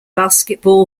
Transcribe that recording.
basketball